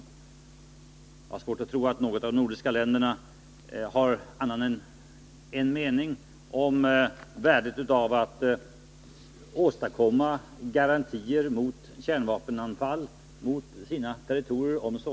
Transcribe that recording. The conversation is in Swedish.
Jag har också svårt att tro att något av de nordiska länderna har någon annan mening än Sverige när det gäller värdet av att — om det vore möjligt — skapa garantier mot kärnvapenanfall mot våra territorier.